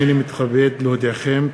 הנני מתכבד להודיעכם,